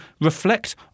reflect